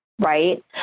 right